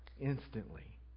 instantly